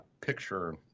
picture